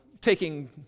taking